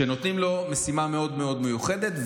שנותנים לו משימה מאוד מאוד מיוחדת,